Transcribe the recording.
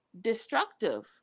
destructive